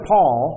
Paul